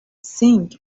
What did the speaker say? sing